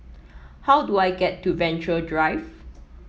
how do I get to Venture Drive